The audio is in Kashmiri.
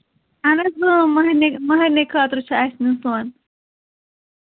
اَہن حظ اۭں مہرنہِ مہرنہِ خٲطرٕ چھُ اَسہِ نِیُن سۄن